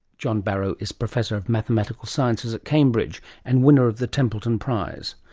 john barrow is professor of mathematical sciences at cambridge and winner of the templeton prize.